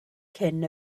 cyn